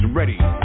Ready